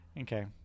Okay